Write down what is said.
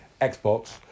Xbox